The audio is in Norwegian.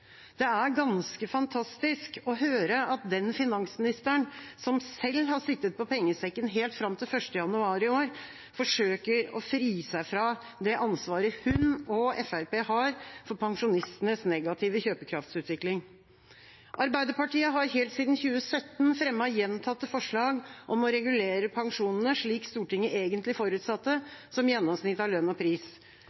Det er ganske fantastisk å høre at den finansministeren som selv har sittet på pengesekken helt fram til 1. januar i år, forsøker å fri seg fra det ansvaret hun og Fremskrittspartiet har for pensjonistenes negative kjøpekraftsutvikling. Arbeiderpartiet har helt siden 2017 fremmet gjentatte forslag om å regulere pensjonene slik Stortinget egentlig forutsatte,